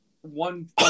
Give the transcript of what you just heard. One